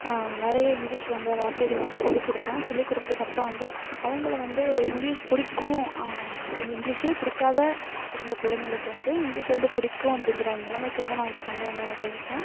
நிறைய இங்கிலீஷ் வந்து வார்த்தைகளை வந்து சொல்லிக்கொடுத்தேன் சொல்லிக்கொடுத்ததுக்கப்புறம் வந்து அவங்கள வந்து ஒரு இங்கிலீஷ் பிடிக்கும் அந்த இங்கிலிஷே பிடிக்காத இருந்த பிள்ளைங்களுக்கு வந்து இங்கிலீஷ் வந்து பிடிக்கும் அப்படிங்கிற அந்த நிலமைக்கு வந்து நான் வந்து கொண்டு வந்தேன் என் ஃப்ரெண்டஸை